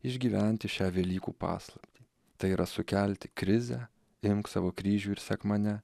išgyventi šią velykų paslaptį tai yra sukelti krizę imk savo kryžių ir sek mane